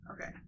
Okay